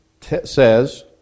says